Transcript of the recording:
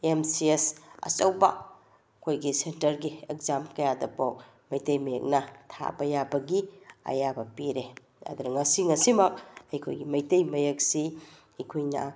M C S ꯑꯆꯧꯕ ꯑꯩꯈꯣꯏꯒꯤ ꯁꯦꯟꯇ꯭ꯔꯒꯤ ꯑꯦꯛꯖꯥꯝ ꯀꯌꯥꯗ ꯐꯥꯎꯕ ꯃꯩꯇꯩ ꯃꯌꯦꯛꯅ ꯊꯥꯕ ꯌꯥꯕꯒꯤ ꯑꯌꯥꯕ ꯄꯤꯔꯦ ꯑꯗꯨꯅ ꯉꯁꯤ ꯉꯁꯤꯃꯛ ꯑꯩꯈꯣꯏꯒꯤ ꯃꯩꯇꯩ ꯃꯌꯦꯛꯁꯤ ꯑꯩꯈꯣꯏꯅ